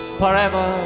forever